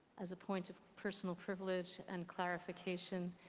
as a point of personal privilege and clarification,